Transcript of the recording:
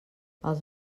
els